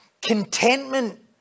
Contentment